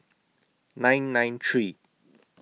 nine nine three